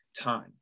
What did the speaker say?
time